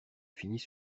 finis